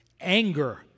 anger